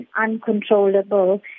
uncontrollable